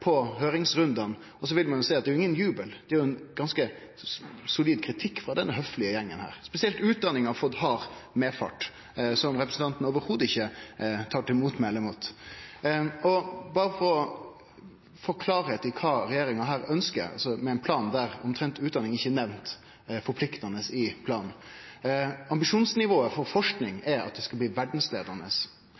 på høyringsrundane, og det er jo ingen jubel; det er ganske solid kritikk frå denne høflege gjengen. Spesielt utdanning har fått hard medfart, noko representanten ikkje i det heile tar til motmæle mot. Berre for å få klarheit i kva regjeringa ønskjer med ein slik plan – der utdanning omtrent ikkje er nemnd forpliktande i planen: Ambisjonsnivået for forsking er at ein skal bli verdsleiande, mens ambisjonsnivået for utdanning er at det skal bli